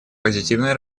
позитивное